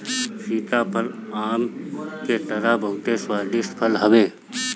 सीताफल आम के तरह बहुते स्वादिष्ट फल हवे